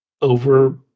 over